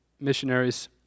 missionaries